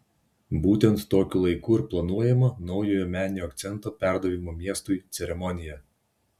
būtent tokiu laiku ir planuojama naujojo meninio akcento perdavimo miestui ceremonija